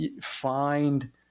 find